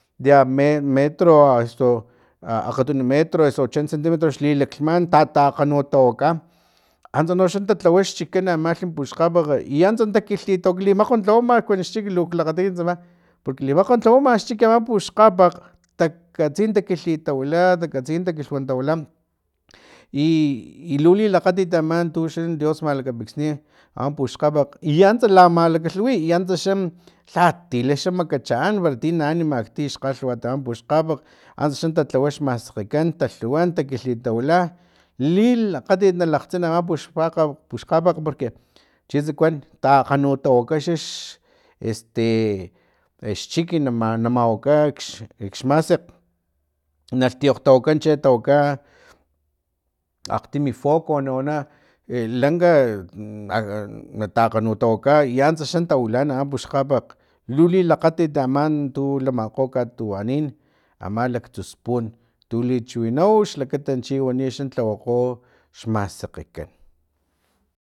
Dea metro osu akgatuno metro osu ochenta centimetros xlilaklhman tataakganutawaka antsa noxa talhawa xchikan amalhi paxkgapakg i antsa takilhitawaka limakgwan tlawama xchik luk lakgati ekit tsama porque limakgwan tlawama xchik ama paxkgapakg taakatsi kilhintawila takatsi takilhintawila i lu lilakgatit aman tuxa dios malakapixni ama puxkgapakg i antsa la malakalhuwi i antsa xa lhatila xa makachaan para ti naani makti xkgalhwat ama puxkgapat antsa xa talhawa xmasekgekan talhuwan ta kilhintawila lilakgatit nalaktsin ama puxkgapakg porque chitsa kuan takganutawaka xeste e xchiki namawaka xmasekg na lhiyokgtawaka akgtimi foco na wana e lanka na natakganutawaka i antsa xa tawilana ama puxkgapakg lu lilakgatit aman tu lamakgo katuwanin ama laktsu spun tu lichiwinau xlakata chiwani xa lhawakgo xmasekgekan